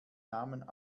namen